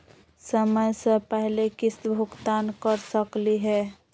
समय स पहले किस्त भुगतान कर सकली हे?